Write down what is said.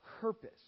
purpose